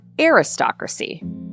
Aristocracy